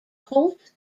holt